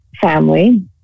family